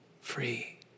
free